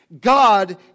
God